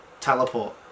teleport